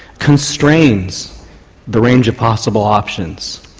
constrains the range of possible options.